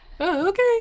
Okay